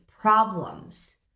problems